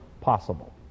possible